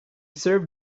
served